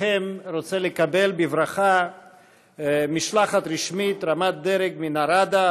בשמכם אני רוצה לקדם בברכה משלחת רשמית רמת דרג מן הראדה,